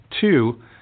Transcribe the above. Two